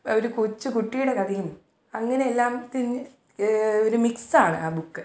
ഒരു കൊച്ച് കുട്ടീടെ കഥയും അങ്ങനെയെല്ലാം തിരിഞ്ഞ് ഒരു മിക്സാണ് ആ ബുക്ക്